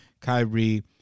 kyrie